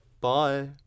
Bye